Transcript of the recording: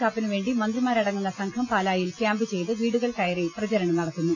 കാപ്പനുവേണ്ടി മന്ത്രിമാര ടങ്ങുന്ന സംഘം പാലായിൽ ക്യാമ്പ് ചെയ്ത് വീടുകൾ കയറി പ്രച രണം നടത്തുന്നു